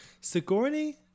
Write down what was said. Sigourney